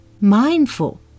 mindful